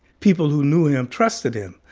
people who knew him trusted him.